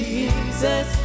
Jesus